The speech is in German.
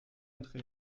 treten